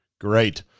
Great